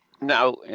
Now